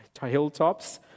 hilltops